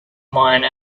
mine